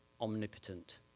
omnipotent